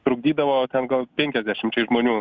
trukdydavo ten gal penkiasdešimčiai žmonių